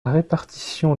répartition